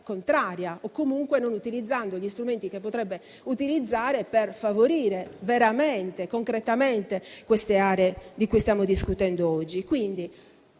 contraria o comunque non utilizzando gli strumenti che potrebbe utilizzare per favorire veramente e concretamente le aree di cui stiamo discutendo oggi.